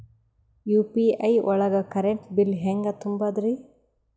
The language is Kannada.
ಯು.ಪಿ.ಐ ಒಳಗ ಕರೆಂಟ್ ಬಿಲ್ ಹೆಂಗ್ ತುಂಬದ್ರಿ?